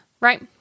right